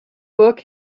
book